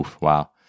Wow